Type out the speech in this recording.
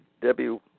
Debbie